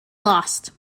lost